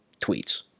tweets